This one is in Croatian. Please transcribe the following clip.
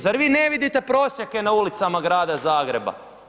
Zar vi ne vidite prosjake na ulicama Grada Zagreba?